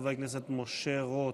חבר הכנסת משה רוט,